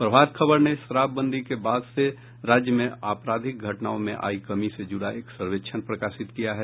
प्रभात खबर ने शराबबंदी के बाद से राज्य में आपराधिक घटनाओं में आयी कमी से जुड़ा एक सर्वेक्षण प्रकाशित किया है